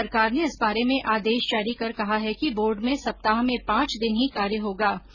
राज्य सरकार ने इस बारे में आदेश जारी कर कहा है कि बोर्ड में सप्ताह में पांच दिन ही कार्य होगा